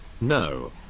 No